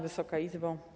Wysoka Izbo!